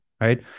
right